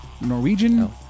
Norwegian